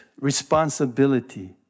responsibility